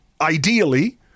Ideally